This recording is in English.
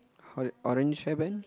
ora~ orange hairband